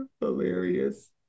Hilarious